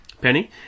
Penny